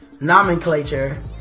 nomenclature